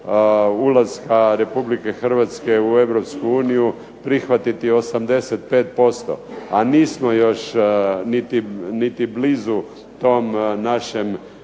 ulaska Republike Hrvatske u Europsku uniju prihvatiti 85%, a nismo još niti blizu tom našem